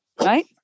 right